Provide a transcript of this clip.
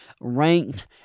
ranked